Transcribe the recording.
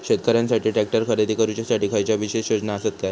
शेतकऱ्यांकसाठी ट्रॅक्टर खरेदी करुच्या साठी खयच्या विशेष योजना असात काय?